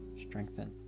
strengthen